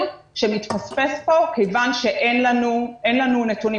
שמתפספס פה כיוון שאנין לנו נתונים.